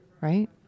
right